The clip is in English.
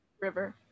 river